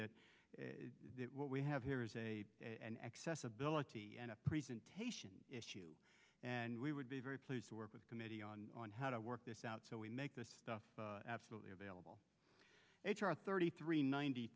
that what we have here is an accessibility presentation issue and we would be very pleased to work with the committee on on how to work this out so we make this stuff absolutely available h r thirty three ninety